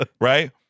right